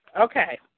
Okay